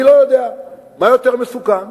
אני לא יודע מה יותר מסוכן,